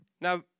Now